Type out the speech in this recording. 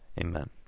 Amen